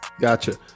Gotcha